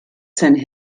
sein